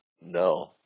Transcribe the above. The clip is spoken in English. No